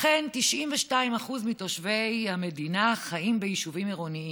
אכן, 92% מתושבי המדינה חיים ביישובים עירוניים.